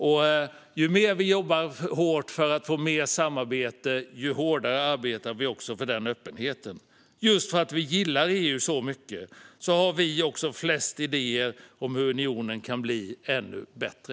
Ju hårdare vi jobbar för att få mer samarbete, desto hårdare arbetar vi också för den öppenheten. Just för att vi gillar EU så mycket har vi också flest idéer om hur unionen kan bli ännu bättre.